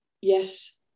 yes